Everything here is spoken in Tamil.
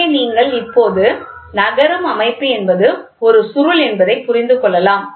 இங்கே நீங்கள் இப்போது நகரும் அமைப்பு என்பது ஒரு சுருள் என்பதை புரிந்து கொள்ளலாம்